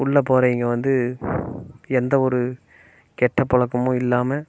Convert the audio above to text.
உள்ளே போகிறவைங்க வந்து எந்த ஒரு கெட்ட பழக்கமும் இல்லாமல்